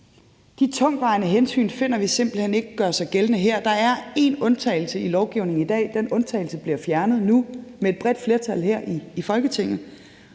De tungtvejende hensyn finder vi simpelt hen ikke gør sig gældende her. Der er én undtagelse i lovgivningen i dag. Den undtagelse bliver fjernet nu med et bredt flertal her i Folketinget.